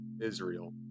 Israel